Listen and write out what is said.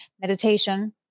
meditation